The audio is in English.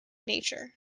nature